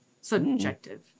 Subjective